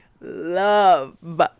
love